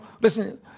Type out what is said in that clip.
listen